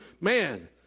man